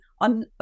on